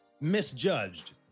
misjudged